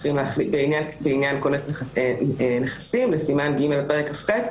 עלינו להחליט בעניין כונס נכסים לסימן ג פרק כח,